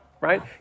right